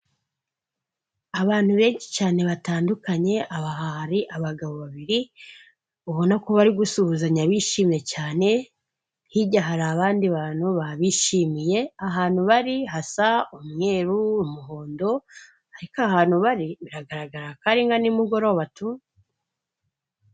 Abantu benshi cyane batandukanye hari abagabo babiri ubona ko bari gusuhuzanya bishimye cyane, hirya hari abandi bantu babishimiye ahantu bari hasa umweru, umuhondo, ariko ahantu bari biragaragara ko ari nka nimugoroba tu.